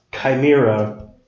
chimera